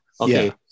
Okay